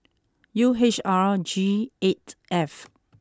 U H R G eight F